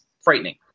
frightening